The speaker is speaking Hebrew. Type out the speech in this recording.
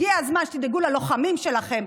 הגיע הזמן שתדאגו ללוחמים שלכם,